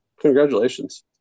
Congratulations